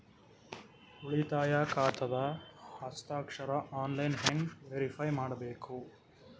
ಉಳಿತಾಯ ಖಾತಾದ ಹಸ್ತಾಕ್ಷರ ಆನ್ಲೈನ್ ಹೆಂಗ್ ವೇರಿಫೈ ಮಾಡಬೇಕು?